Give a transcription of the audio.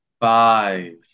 Five